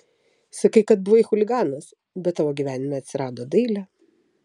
sakai kad buvai chuliganas bet tavo gyvenime atsirado dailė